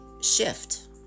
shift